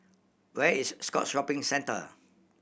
where is Scotts Shopping Centre